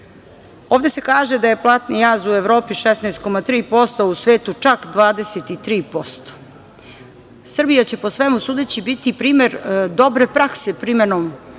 veći. Ovde se kaže da je platni jaz u Evropi 16,3%, a u svetu čak 23%. Srbija će po svemu sudeći biti primer dobre prakse donošenjem